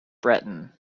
breton